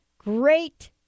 Great